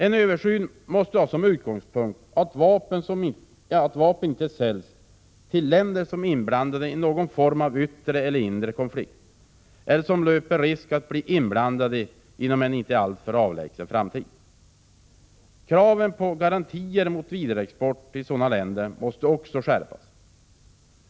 En översyn måste ha som utgångspunkt att vapen inte säljs till länder, som är inblandade i någon form av yttre eller inre konflikt eller som löper risk att bli det inom en inte alltför avlägsen framtid. Kraven på garantier mot vidareexport till sådana länder måste också skärpas.